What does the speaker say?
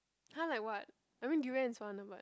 !huh! like what I mean durian is one ah but